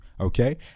Okay